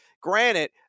granted